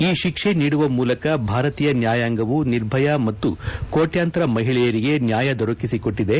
ಈ ಶಿಕ್ಷೆ ನೀಡುವ ಮೂಲಕ ಭಾರತೀಯ ನ್ವಾಯಾಂಗವು ನಿರ್ಭಯಾ ಮತ್ತು ಕೋಟ್ಖಂತರ ಮಹಿಳೆಯರಿಗೆ ನ್ವಾಯ ದೊರಕಿಸಿಕೊಟ್ಲದೆ